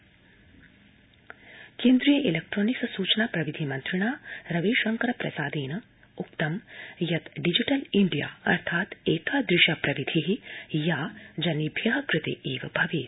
रविशंकर केन्द्रीय इलेक्ट्रॉनिक्स सूचना प्रविधि मन्त्रिणा रविशंकरप्रसादेनोक्तं यत् डिजिटल इंडिया अर्थात् एतादृशा प्रविधि या जनेभ्य कृते एव भवेत्